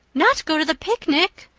not go to the picnic!